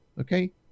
Okay